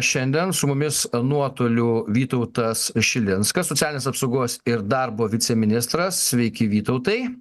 šiandien su mumis nuotoliu vytautas šilinskas socialinės apsaugos ir darbo viceministras sveiki vytautai